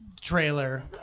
trailer